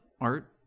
art